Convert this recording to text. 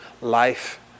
life